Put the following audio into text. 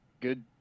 good